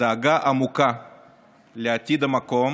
דאגה עמוקה לעתיד המקום